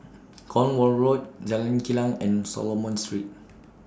Cornwall Road Jalan Kilang and Solomon Street